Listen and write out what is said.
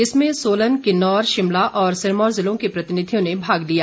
इसमें सोलन किन्नौर शिमला और सिरमौर जिलों के प्रतिनिधियों ने भाग लिया